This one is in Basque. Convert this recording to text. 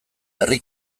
herri